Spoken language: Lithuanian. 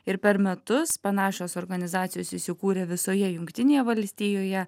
ir per metus panašios organizacijos įsikūrė visoje jungtinėje valstijoje